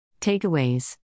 Takeaways